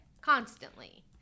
Constantly